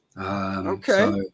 Okay